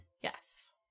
Yes